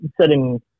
setting